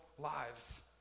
lives